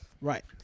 Right